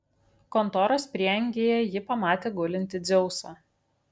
kontoros prieangyje ji pamatė gulintį dzeusą